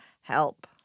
Help